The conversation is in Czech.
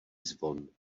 zvon